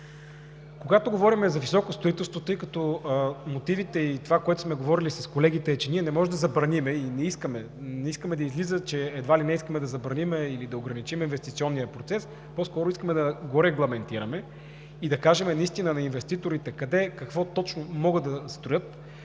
Когато говорим за високо строителство, в мотивите и това, което сме говорили с колегите, е, че ние не искаме да излиза, че едва ли не искаме да забраним или да ограничим инвестиционния процес, а по-скоро искаме да го регламентираме и да кажем наистина на инвеститорите къде и какво точно могат да строят,